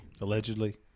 Allegedly